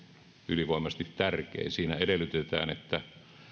ylivoimaisesti tärkein siinä edellytetään että